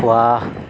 واہ